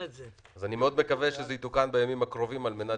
אני מקווה מאוד שזה יתוקן בימים הקרובים על מנת